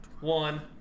one